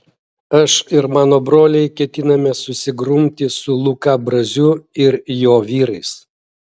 aš ir mano broliai ketiname susigrumti su luka braziu ir jo vyrais